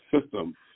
system